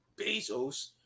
Bezos